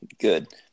Good